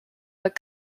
but